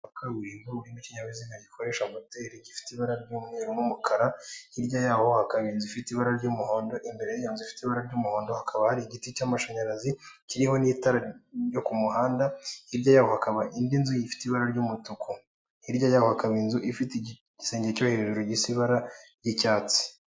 Ikinyabiziga gikoresha moteri gifite ibara ry'umweru n'umukara hirya yaho hakaba inzu ifite ibara ry'umuhondo, imbere zifite ibara ry'umuhondo hakaba hari igiti cy'amashanyarazi kiriho n'itara ryo ku muhanda, hirya yaho hakaba indi nzu ifite ibara ry'umutuku, hirya yaho hakaba inzu ifite igisenge cyo hejuru gifite ibara ry'icyatsi.